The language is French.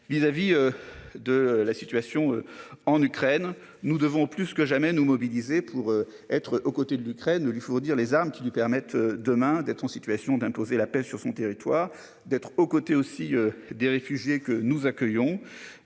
Vis-à-vis. De la situation en Ukraine. Nous devons plus que jamais nous mobiliser pour être aux côtés de l'Ukraine où lui faut dire les armes qui lui permette demain d'être en situation d'imposer la paix sur son territoire d'être aux côtés aussi des réfugiés que nous accueillons